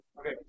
Okay